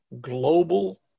global